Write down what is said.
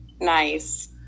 nice